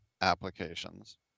applications